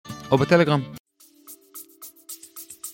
או בטלגרם